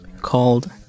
called